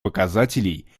показателей